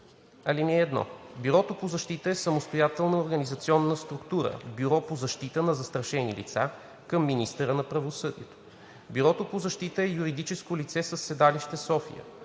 така: „(1) Бюрото по защита е самостоятелна организационна структура – „Бюро по защита на застрашени лица“ към министъра на правосъдието. Бюрото по защита е юридическо лице със седалище София.